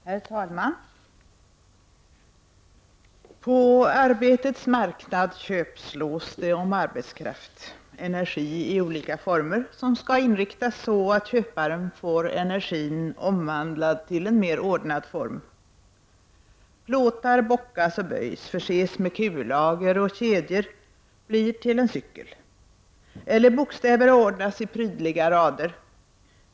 Herr talman! På arbetets marknad köpslås det om arbetskraft — energi i olika former, som skall inriktas så att köparen får energin omvandlad till en mer ordnad form. Plåtar bockas och böjs, förses med kullager och kedjor, blir till en cykel. Bokstäver ordnas i prydliga rader.